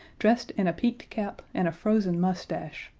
dressed in a peaked cap and a frozen moustache,